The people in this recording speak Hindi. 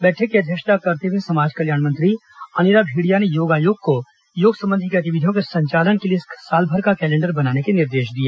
बैठक की अध्यक्षता करते हुए समाज कल्याण मंत्री अनिला भेंडिया ने योग आयोग को योग संबंधी गतिविधियों के लिए सालभर का कैलेंडर बनाने के निर्देश दिए